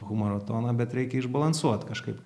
humoro toną bet reikia išbalansuot kažkaip